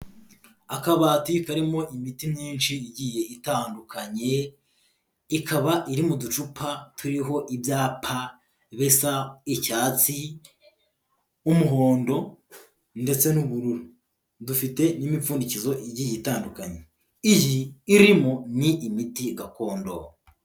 Akabati karimo imiti myinshi igiye itandukanye, ikaba iri mu ducupa turiho ibyapa bisa icyatsi, umuhondo ndetse n'ubururu. Dufite n'imipfundikizo igiye itandukanye, iyi irimo ni imiti gakondo.